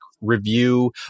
review